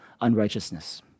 unrighteousness